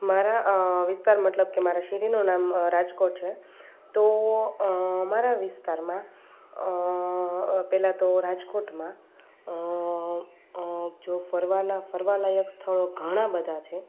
મારા વિસ્તાર મતલબ કે મારા સીટીનું નામ રાજકોટ છે તો મારા વિસ્તારમાં પહેલાતો રાજકોટમાં જો ફરવાના ફરવા લાયક સ્થળો ઘણા બધા છે